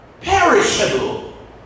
perishable